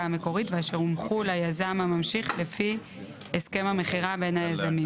המקורית ואשר הומחאו ליזם הממשיך לפי הסכם המכירה בין היזמים.